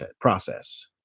process